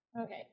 Okay